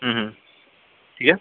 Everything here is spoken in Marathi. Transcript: ठीक आहे